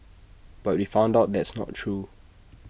but we found out that's not true